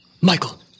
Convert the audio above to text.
Michael